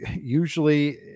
usually